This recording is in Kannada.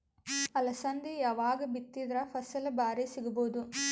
ಅಲಸಂದಿ ಯಾವಾಗ ಬಿತ್ತಿದರ ಫಸಲ ಭಾರಿ ಸಿಗಭೂದು?